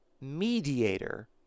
mediator